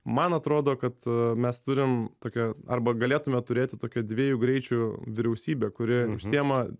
man atrodo kad mes turim tokią arba galėtume turėti tokią dviejų greičių vyriausybę kuri užsiima